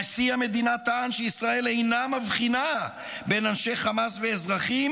נשיא המדינה "טען שישראל אינה מבחינה בין אנשי חמאס ואזרחים,